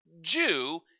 Jew